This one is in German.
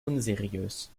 unseriös